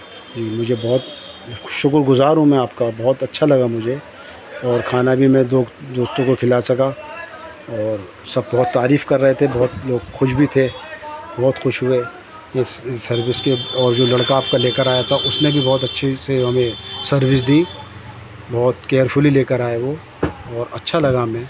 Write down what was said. جی مجھے بہت شکر گزار ہوں میں آپ کا بہت اچھا لگا مجھے اور کھانا بھی میں دو دوستوں کو کھلا سکا اور سب بہت تعریف کر رہے تھے بہت لوگ خوش بھی تھے بہت خوش ہوئے اس اس سروس کے اور جو لڑکا آپ کا لے کر آیا تھا اس نے بھی بہت اچھی سے ہمیں سروس دی بہت کیئرفلی لے کر آئے وہ اور اچھا لگا ہمیں